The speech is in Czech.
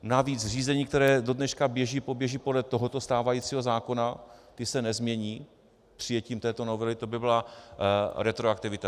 Navíc řízení, která do dneška běží, poběží podle tohoto stávajícího zákona, ta se nezmění přijetím této novely, to by byla retroaktivita.